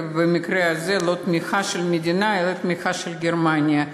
ובמקרה הזה לא תמיכה של המדינה אלא תמיכה של גרמניה,